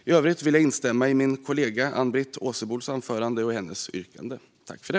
I övrigt vill jag instämma i min kollega Ann-Britt Åsebols anförande och hennes yrkande.